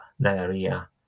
diarrhea